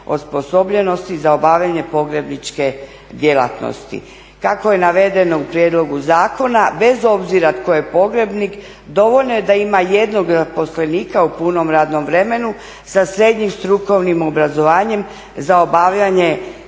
osposobljenosti za obavljanje pogrebničke djelatnosti. Kako je navedeno u prijedlogu zakona bez obzira tko je pogrebnik dovoljno je da ima jednog uposlenika u punom radnom vremenu sa srednjim strukovnim obrazovanjem za obavljanje